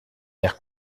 air